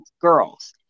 girls